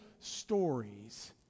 stories